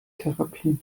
therapien